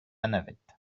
navette